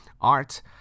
Art